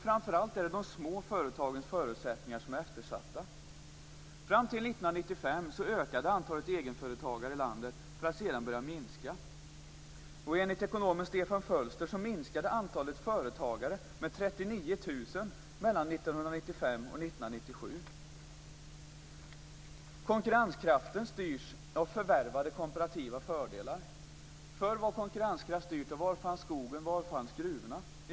Framför allt är det de små företagens förutsättningar som är eftersatta. Fram till 1995 ökade antalet egenföretagare i landet, för att sedan börja minska. Enligt ekonomen Stefan Fölster minskade antalet företagare med 39 000 mellan 1995 och 1997. Konkurrenskraften styrs av förvärvade komparativa fördelar. Förr var konkurrenskraften styrd av var skogen och gruvorna fanns.